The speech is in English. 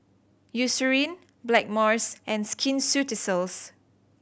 Eucerin Blackmores and Skin Ceuticals